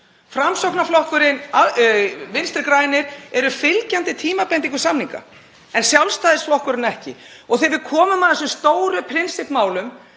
Framsóknarflokkurinn og Vinstri græn eru fylgjandi tímabindingu samninga en Sjálfstæðisflokkurinn ekki. Og þegar við komum að þessum stóru prinsippmálum